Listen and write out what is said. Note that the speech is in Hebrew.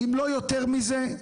אם לא יותר מזה.